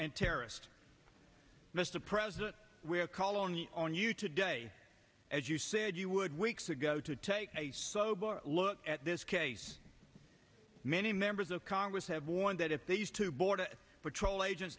and terrorists mr president we are calling on you today as you said you would weeks ago to take a sober look at this case many members of congress have warned that if they used two border patrol agents